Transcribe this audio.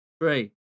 Three